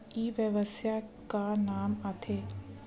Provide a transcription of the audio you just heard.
ई व्यवसाय का काम आथे?